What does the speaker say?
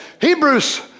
Hebrews